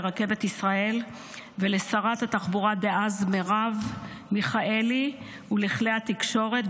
לרכבת ישראל ולשרת התחבורה דאז מרב מיכאלי ולכלי התקשורת,